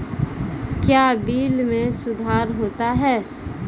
क्या बिल मे सुधार होता हैं?